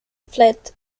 fled